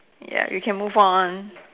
ya we can move on